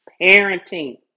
parenting